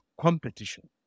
competition